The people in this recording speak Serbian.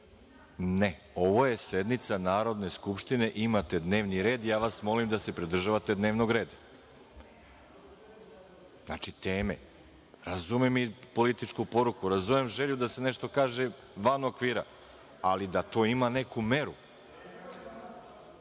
Ne, ovo je sednica Narodne skupštine i imate dnevni red, ja vas molim da se pridržavate dnevnog reda, znači, teme. Razumem i političku poruku, razumem i želju da se nešto kaže van okvira, ali da to ima neku